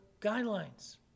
guidelines